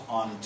on